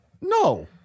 no